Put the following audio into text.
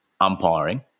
umpiring